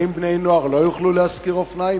האם בני-נוער לא יוכלו לשכור אופניים?